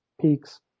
peaks